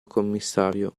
commissario